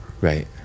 Right